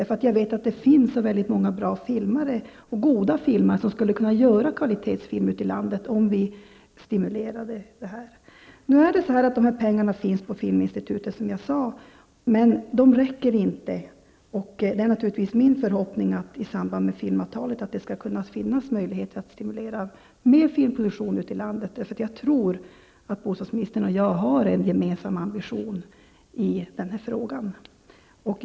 Jag vet nämligen att det finns så många bra filmare ute i landet, som skulle kunna göra kvalitetsfilmer om vi stimulerade till det. Pengarna finns på Filminstitutet, som jag sade. Men de räcker inte. Det är naturligtvis min förhoppning att det i samband med filmavtalet skall kunna finnas möjligheter att stimulera till ytterligare filmproduktion ute i landet. Jag tror att bostadsministern och jag har en gemensam ambition i denna fråga.